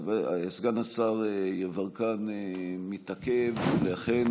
סגן השר יברקן מתעכב, ואכן,